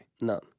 None